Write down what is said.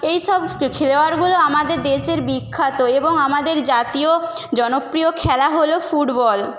এইসব খেলোয়াড়গুলো আমাদের দেশের বিখ্যাত এবং আমাদের জাতীয় জনপ্রিয় খেলা হলো ফুটবল